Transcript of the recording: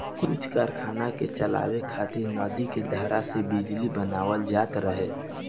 कुछ कारखाना के चलावे खातिर नदी के धारा से बिजली बनावल जात रहे